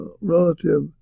relative